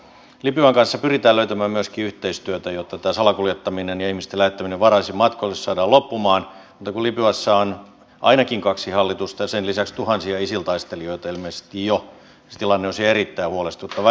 libyan kanssa pyritään löytämään myöskin yhteistyötä jotta tämä salakuljettaminen ja ihmisten lähettäminen vaarallisille matkoille saadaan loppumaan mutta kun libyassa on ainakin kaksi hallitusta ja sen lisäksi ilmeisesti jo tuhansia isil taistelijoita niin se tilanne on siellä erittäin huolestuttava erittäin vakava